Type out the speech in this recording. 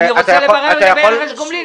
אני רוצה לברר לגבי רכש הגומלין,